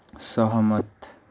सहमत